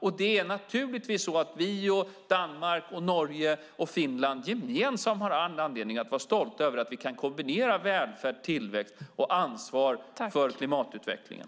Sverige tillsammans med Danmark, Norge och Finland har all anledning att vara stolta över att vi kan kombinera välfärd, tillväxt och ansvar för klimatutvecklingen.